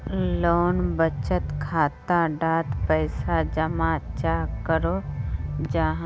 लोग बचत खाता डात पैसा जमा चाँ करो जाहा?